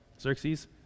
Xerxes